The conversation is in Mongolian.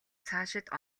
цаашид